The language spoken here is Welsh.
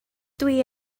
dwi